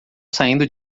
saindo